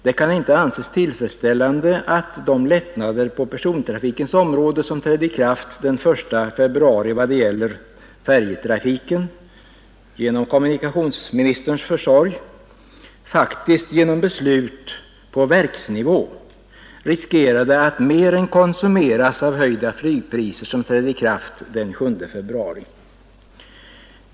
Det kan inte anses tillfredsställande att de lättnader på persontrafikens område, som genom kommunikationsministerns försorg trädde i kraft den 1 februari vad det gäller färjetrafiken, faktiskt genom beslut på verksnivå riskerade att mer än konsumeras av de höjda flygpriser som trädde i kraft den 7 februari.